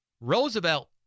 Roosevelt